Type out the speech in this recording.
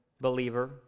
believer